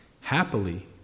Happily